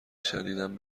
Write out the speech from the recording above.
شدیدم